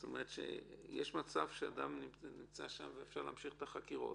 זאת אומרת שיש מצב שאדם נמצא שם ואפשר להמשיך את החקירות.